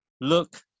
Look